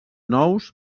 nous